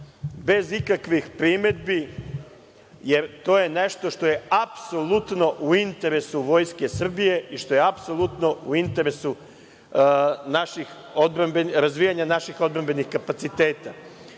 bez ikakvih primedbi, jer to je nešto što je apsolutno u interesu Vojske Srbije i što je apsolutno u interesu razvijanja naših odbrambenih kapaciteta.